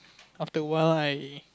after awhile I